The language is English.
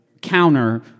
counter